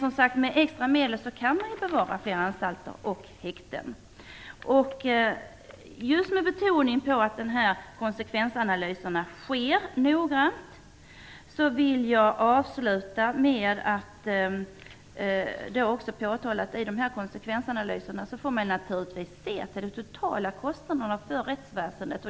Med extra medel kan man alltså bevara flera anstalter och häkten. Just med betoning på att konsekvensanalyserna sker noggrant, vill jag avsluta med att påpeka att man i dessa naturligtvis får se till de totala kostnaderna för rättsväsendet.